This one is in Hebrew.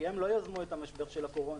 כי הן לא יזמו את המשבר של הקורונה,